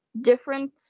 different